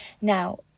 now